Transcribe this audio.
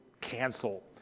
cancel